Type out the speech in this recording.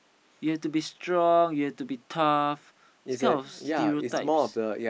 you have to be strong you have to be tough